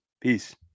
Peace